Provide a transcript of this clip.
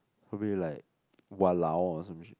probably like !walao! or some shit